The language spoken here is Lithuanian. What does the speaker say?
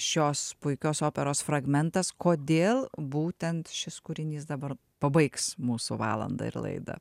šios puikios operos fragmentas kodėl būtent šis kūrinys dabar pabaigs mūsų valandą ir laidą